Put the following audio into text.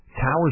Tower